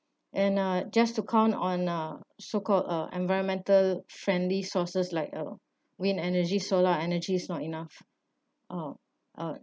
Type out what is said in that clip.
and uh just to count on uh so called a environmental friendly sources like uh wind energy solar energy is not enough oh uh